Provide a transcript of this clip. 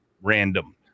random